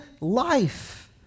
life